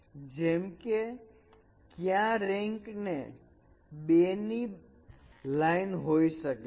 જેમ કે ક્યાં રેન્ક 2 ની લાઇન હોઈ શકે છે